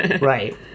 right